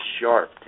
sharp